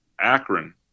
Akron